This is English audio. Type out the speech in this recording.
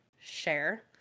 share